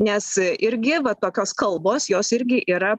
nes irgi va tokios kalbos jos irgi yra